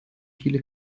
viele